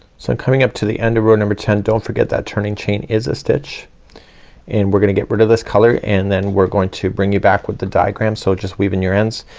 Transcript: so i'm coming up to the end of rule number ten. don't forget that turning chain is a stitch and we're gonna get rid of this color and then we're going to bring you back with the diagram. so just weave in your ends.